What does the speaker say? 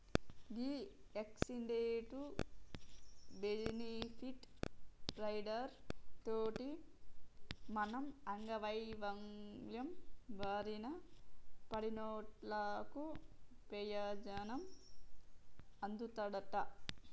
గీ accident, benefit rider తోటి మనం అంగవైవల్యం బారిన పడినోళ్ళకు పెయోజనం అందుతదంట